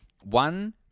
One